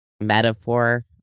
metaphor